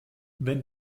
wenn